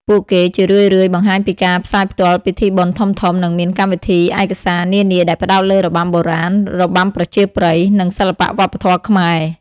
ពួកគេជារឿយៗបង្ហាញពីការផ្សាយផ្ទាល់ពិធីបុណ្យធំៗ និងមានកម្មវិធីឯកសារនានាដែលផ្តោតលើរបាំបុរាណ របាំប្រជាប្រិយ និងសិល្បៈវប្បធម៌ខ្មែរ។